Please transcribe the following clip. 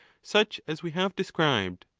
such as we have described.